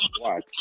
Watch